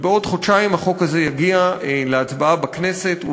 ובעוד חודשיים החוק הזה יגיע להצבעה בכנסת,